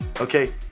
okay